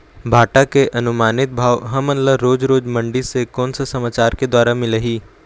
भांटा के अनुमानित भाव हमन ला रोज रोज मंडी से कोन से समाचार के द्वारा मिलही?